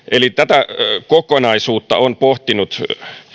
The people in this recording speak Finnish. eli tätä kokonaisuutta on pohtinut